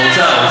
האוצר.